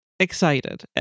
excited